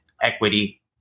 equity